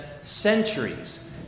centuries